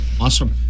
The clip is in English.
Awesome